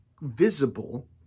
visible